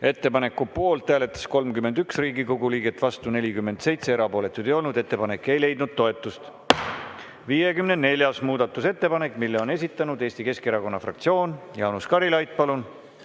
Ettepaneku poolt hääletas 31 Riigikogu liiget, vastu oli 47, erapooletuid ei olnud. Ettepanek ei leidnud toetust. 54. muudatusettepanek. Selle on esitanud Eesti Keskerakonna fraktsioon. Jaanus Karilaid, palun!